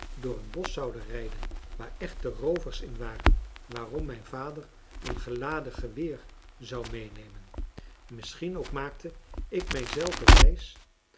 door een bosch zouden rijden waar echte roovers in waren waarom mijn vader een geladen geweer zou meenemen misschien ook maakte ik mij zelven wijs